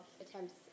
attempts